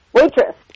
Waitress